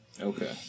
Okay